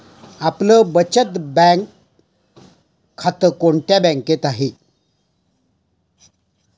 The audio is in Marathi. आपलं बचत खातं कोणत्या बँकेत आहे?